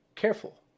Careful